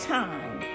time